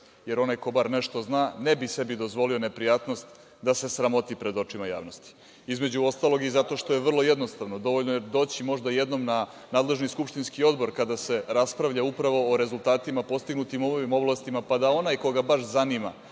jer onaj ko bar nešto zna ne bi sebi dozvolio neprijatnost da se sramoti pred očima javnosti, između ostalog, i zato što je vrlo jednostavno. Dovoljno je doći možda jednom na nadležni skupštinski odbor kada se raspravlja upravo o rezultatima postignutim u ovim oblastima, pa da onaj koga baš zanima